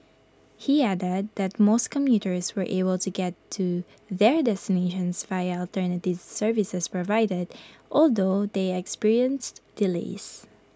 he added that most commuters were able to get to their destinations via alternative services provided although they experienced delays